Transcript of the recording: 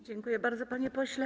Dziękuję bardzo, panie pośle.